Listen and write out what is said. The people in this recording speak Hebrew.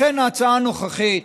לכן ההצעה הנוכחית